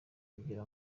kugira